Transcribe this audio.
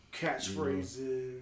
catchphrases